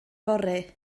fory